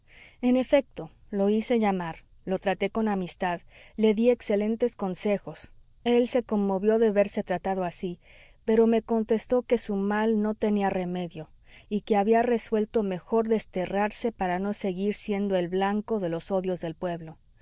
en efecto lo hice llamar lo traté con amistad le dí excelentes consejos él se conmovió de verse tratado así pero me contestó que su mal no tenía remedio y que había resuelto mejor desterrarse para no seguir siendo el blanco de los odios del pueblo